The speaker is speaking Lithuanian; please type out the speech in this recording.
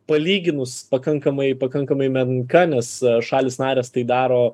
palyginus pakankamai pakankamai menka nes šalys narės tai daro